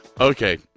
Okay